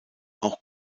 auch